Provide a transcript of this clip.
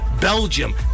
Belgium